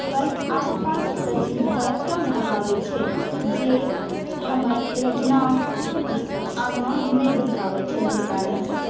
ओकर आसपासके चीजपर कम भऽ पाबै छै जे हमर रचना आगाँ नहि बढ़ि पाबै छै जाहि कारणसँ